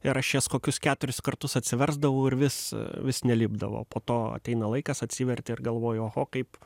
ir aš jas kokius keturis kartus atsiversdavau ir vis vis nelipdavo po to ateina laikas atsiverti ir galvoji oho kaip